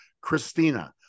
Christina